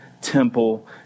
temple